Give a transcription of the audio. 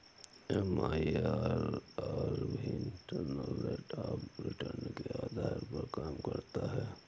MIRR भी internal rate of return के आधार पर काम करता है